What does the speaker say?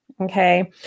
Okay